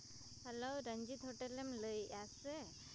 hello Ranjit ᱦᱳᱴᱮᱞᱮᱢ ᱞᱟᱹᱭᱮᱜᱼᱟ ᱥᱮ